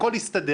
הכול הסתדר.